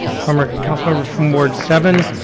former councilmember from ward seven.